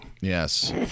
Yes